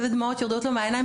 דמעות ירדו לו מהעיניים,